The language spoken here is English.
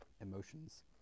emotions